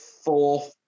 four